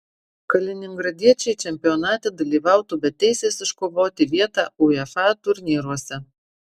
kaliningradiečiai čempionate dalyvautų be teisės iškovoti vietą uefa turnyruose